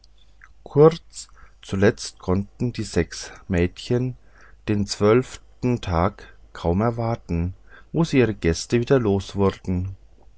kurz zuletzt konnten die sechs mädchen den zwölften tag kaum erwarten wo sie ihre gäste wieder